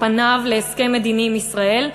ופניו להסכם מדיני עם ישראל,